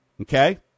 Okay